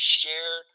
share